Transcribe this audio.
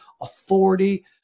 authority